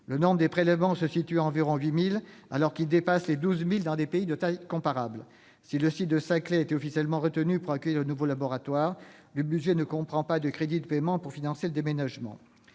Le nombre des prélèvements est d'environ 8 000, alors qu'il dépasse les 12 000 dans des pays de taille comparable. Si le site de Saclay a été officiellement retenu pour accueillir le nouveau laboratoire, le budget ne comprend pas de crédits de paiement pour financer le déménagement.